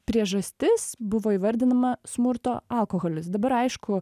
priežastis buvo įvardinama smurto alkoholis dabar aišku